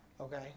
okay